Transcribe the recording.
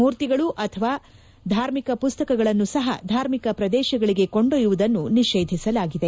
ಮೂರ್ತಿಗಳು ಹಾಗೂ ಧಾರ್ಮಿಕ ಪುಸ್ತಕಗಳನ್ನು ಸಹ ಧಾರ್ಮಿಕ ಪ್ರದೇಶಗಳಿಗೆ ಕೊಂಡೊಯ್ಲುವುದನ್ನು ನಿಷೇಧಿಸಲಾಗಿದೆ